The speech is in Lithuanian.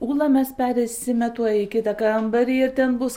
ūla mes pereisime tuoj į kitą kambarį ir ten bus